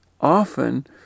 Often